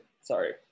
sorry